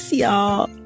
y'all